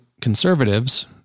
conservatives